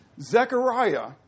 Zechariah